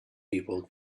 people